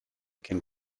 can